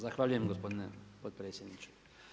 Zahvaljujem gospodine potpredsjedniče.